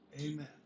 Amen